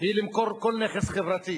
היא למכור כל נכס חברתי,